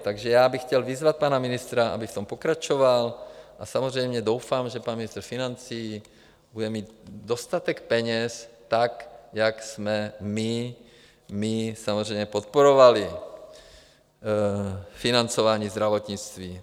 Takže já bych chtěl vyzvat pana ministra, aby v tom pokračoval, a samozřejmě doufám, že pan ministr financí bude mít dostatek peněz tak, jak jsme my my samozřejmě podporovali financování zdravotnictví.